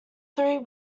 three